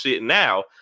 now